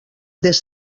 des